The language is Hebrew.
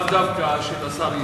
לאו דווקא אלה של השר ישי.